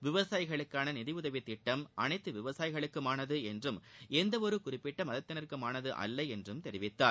விவசாயிகளுக்கான நிதி உதவித் திட்டம் அனைத்து விவசாயிகளுக்குமானது என்றும் எந்த ஒரு குறிப்பிட்ட மதத்தினருக்குமானது அல்ல என்றும் தெரிவித்தார்